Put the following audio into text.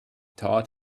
taught